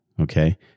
okay